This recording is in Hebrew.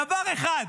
דבר אחד,